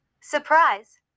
Surprise